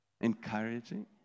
Encouraging